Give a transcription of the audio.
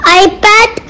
iPad